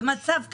במצב כזה,